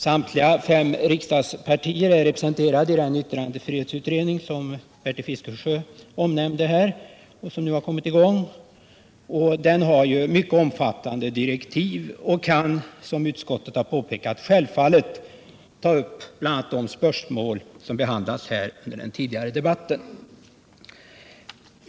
Samtliga fem riksdagspartier är representerade i en yttrandefrihetsutredning som Bertil Fiskesjö omnämnde och som nu har kommit i gång. Den har mycket omfattande direktiv och kan, som utskottet har påpekat, självfallet ta upp bl.a. de spörsmål som behandlats här under den tidigare debatten.